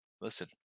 Listen